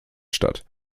statt